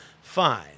Fine